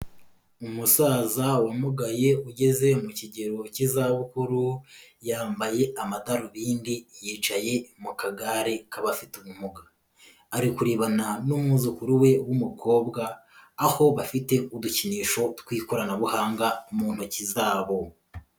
Umusaza umugaye ugeze mu kigero cy'izabukuru, yambaye amadarubindi yicaye mu kagare k'abafite ubumuga. Ari kurebana n'umwuzukuru we w'umukobwa, aho bafite udukinisho tw'ikoranabuhanga mu ntoki zabo.